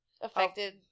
affected